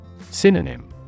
Synonym